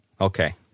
Okay